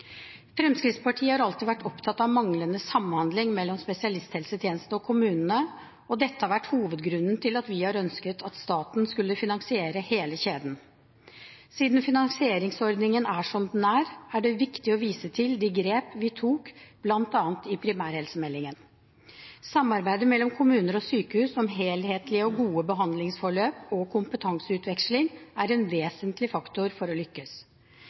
Fremskrittspartiet har alltid vært opptatt av manglende samhandling mellom spesialisthelsetjenesten og kommunene, og dette har vært hovedgrunnen til at vi har ønsket at staten skulle finansiere hele kjeden. Siden finansieringsordningen er som den er, er det viktig å vise til de grep vi tok bl.a. i primærhelsemeldingen. Samarbeidet mellom kommuner og sykehus om helhetlige og gode behandlingsforløp og kompetanseutveksling er en vesentlig faktor for å lykkes.